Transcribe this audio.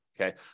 Okay